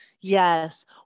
yes